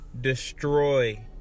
destroy